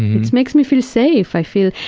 it makes me feel safe. i feel,